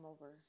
over